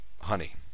honey